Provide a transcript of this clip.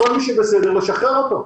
כל מי שבסדר לשחרר אותו.